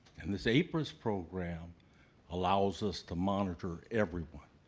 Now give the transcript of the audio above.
and this apris program allows us to monitor everyone.